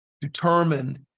determined